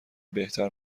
بهتر